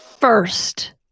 first